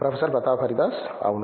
professor Pratap Haridas అవును